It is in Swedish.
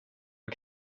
och